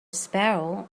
sparrow